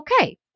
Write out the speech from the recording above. Okay